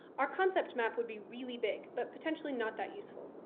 our concept map would be really big, but potentially not that useful.